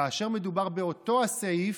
כאשר מדובר באותו הסעיף,